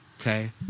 okay